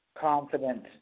confident